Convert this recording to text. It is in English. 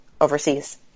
overseas